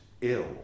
ill